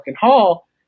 Hall